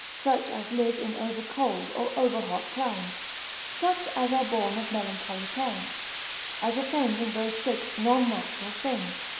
such as live in over cold or over hot climes such as are born of melancholy parents as offend in those six non-natural things,